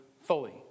fully